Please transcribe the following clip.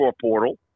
portal